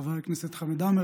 חבר הכנסת חמד עמאר,